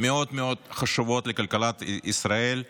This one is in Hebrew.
מאוד מאוד חשובות לכלכלת ישראל.